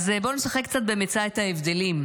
אז בואו נשחק קצת מצא את ההבדלים: